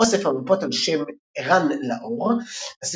אוסף המפות ע"ש ערן לאור,